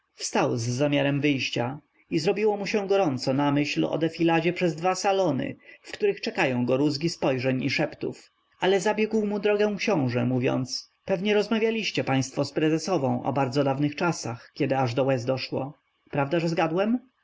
z zamiarem wyjścia i zrobiło mu się gorąco na myśl o defiladzie przez dwa salony w których czekają go rózgi spojrzeń i szeptów ale zabiegł mu drogę książe mówiąc pewnie rozmawialiście państwo z prezesową o bardzo dawnych czasach kiedy aż do łez doszło prawda że zgadłem